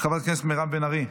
חברת הכנסת מירב בן ארי,